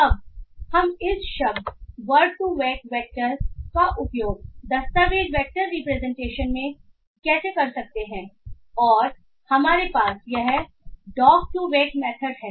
अब हम इस शब्द वर्ड2वेक वैक्टर का उपयोग दस्तावेज़ वेक्टर रिप्रेजेंटेशन में कैसे कर सकते हैं और हमारे पास यह डॉक्2वेक् मेथड है